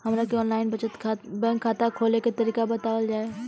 हमरा के online बचत बैंक खाता खोले के तरीका बतावल जाव?